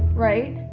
right?